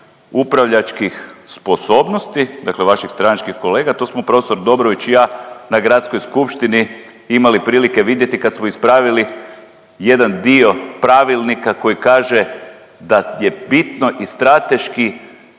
upravljačkih sposobnosti, dakle vaših stranačkih kolega to smo profesor Dobrović i ja na gradskoj skupštini imali prilike vidjeti kad smo ispravili jedan dio pravilnika koji kaže da je bitno i strateški